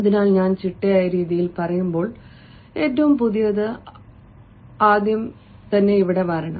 അതിനാൽ ഞാൻ ചിട്ടയായ രീതിയിൽ പറയുമ്പോൾ ഏറ്റവും പുതിയത് ആദ്യം ഇവിടെ വരണം